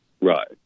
Right